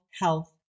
health